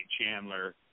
Chandler